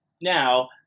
now